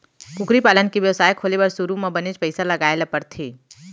कुकरी पालन के बेवसाय खोले बर सुरू म बनेच पइसा लगाए ल परथे